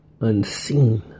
Unseen